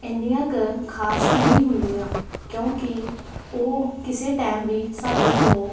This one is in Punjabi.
ਇੰਨੀਆਂ ਕੁ ਖਾਸ ਨਹੀਂ ਹੁੰਦੀਆਂ ਕਿਉਂਕਿ ਉਹ ਕਿਸੇ ਟਾਈਮ ਵੀ ਸਾਡੇ ਤੋਂ